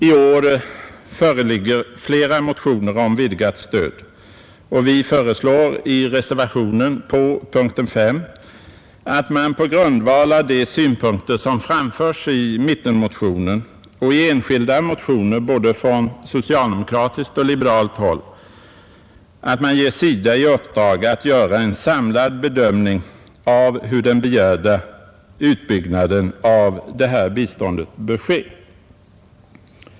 I år föreligger flera motioner om vidgat stöd, och vi föreslår i reservationen vid punkten 5 på grundval av de synpunkter som framförs i mittenmotionen och i enskilda motioner både från socialdemokratiskt och från liberalt håll att man ger SIDA i uppdrag att göra en samlad bedömning av hur den begärda utbyggnaden av det här biståndet bör ske.